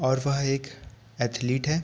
और वह एक एथलीट हैं